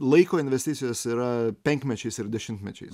laiko investicijos yra penkmečiais ir dešimtmečiais